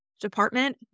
department